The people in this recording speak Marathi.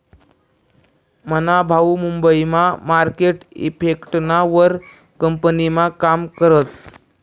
मना भाऊ मुंबई मा मार्केट इफेक्टना वर कंपनीमा काम करस